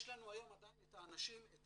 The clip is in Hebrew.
יש לנו היום עדיין את האנשים, את